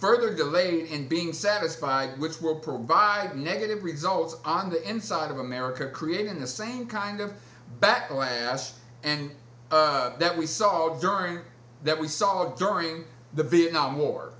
further delayed in being satisfied which will provide negative results on the inside of america creating the same kind of backlash and that we saw during that we saw during the vietnam war